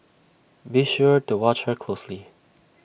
be sure to watch her closely